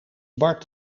bart